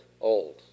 Old